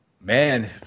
Man